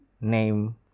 name